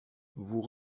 vous